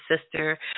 sister